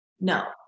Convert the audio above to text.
no